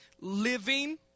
Living